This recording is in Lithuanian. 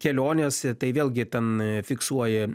kelionės tai vėlgi ten fiksuoji